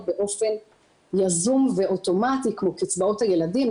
באופן יזום ואוטומטי כמו קצבאות ילדים,